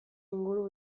inguru